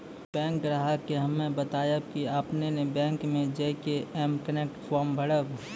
bank ग्राहक के हम्मे बतायब की आपने ने बैंक मे जय के एम कनेक्ट फॉर्म भरबऽ